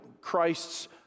Christ's